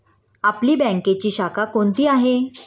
आपली बँकेची शाखा कोणती आहे